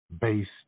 based